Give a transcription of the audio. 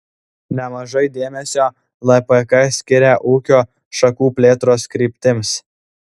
nemažai dėmesio lpk skiria ūkio šakų plėtros kryptims